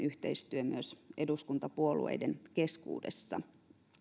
yhteisymmärrys myös eduskuntapuolueiden keskuudessa